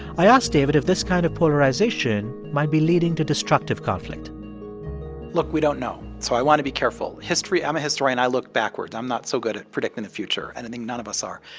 i asked david if this kind of polarization might be leading to a destructive conflict look. we don't know. so i want to be careful. history i'm a historian. i look backwards. i'm not so good at predicting the future. and i think none of us are.